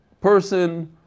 Person